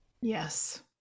Yes